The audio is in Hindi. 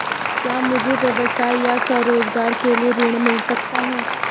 क्या मुझे व्यवसाय या स्वरोज़गार के लिए ऋण मिल सकता है?